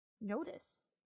notice